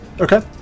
okay